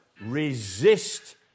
Resist